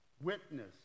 witness